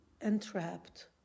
entrapped